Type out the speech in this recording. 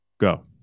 Go